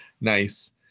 nice